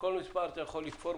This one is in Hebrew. אתה יכול להגיד כל מספר.